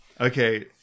okay